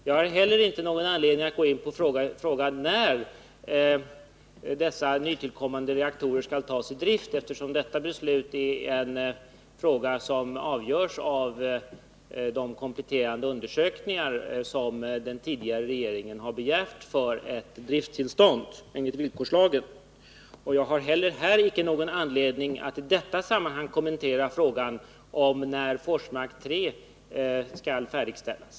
Jag har heller inte någon anledning att gå in på frågan när dessa nytillkommande reaktorer skall tas i drift, eftersom det är en fråga som avgörs genom de kompletterande undersökningar som den tidigare regeringen har föreskrivit för ett drifttillstånd enligt villkorslagen. Jag ser heller inte någon anledning att i detta sammanhang kommentera frågan om när Forsmark 3 skall färdigställas.